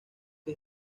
que